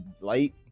light